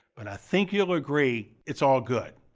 but, i think you'll agree it's all good.